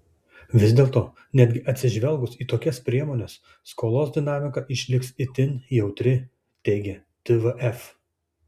vis dėto netgi atsižvelgus į tokias priemones skolos dinamika išliks itin jautri teigia tvf